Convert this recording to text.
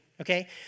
Okay